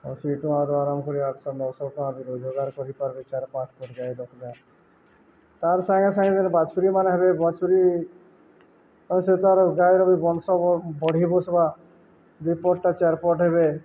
ଅଶୀ ଟଙ୍କାର ଆରମ୍ଭ କରି ଆଠଶହ ନଅଶହ ଟଙ୍କା ବି ରୋଜଗାର କରିପାରବେ ଚାର ପାଞ୍ଚ କରି ଗାଈ ରଖିଲେ ତାର୍ ସାଙ୍ଗେ ସାଙ୍ଗେ ଯେନ୍ ବାଛୁରୀ ମାନେ ହେବେ ବାଛୁରୀ ଆ ସେ ତା'ର ଗାଈର ବି ବଂଶ ବଢ଼େଇ ବସବା ଦୁଇ ପଟ୍ ଟା ଚାର୍ ପଟ୍ ହେବେ